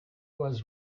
was